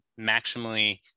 maximally